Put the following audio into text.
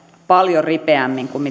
paljon ripeämmin kuin